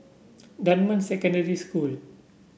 Dunman Secondary School